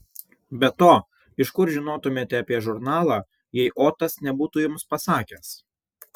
be to iš kur žinotumėte apie žurnalą jei otas nebūtų jums pasakęs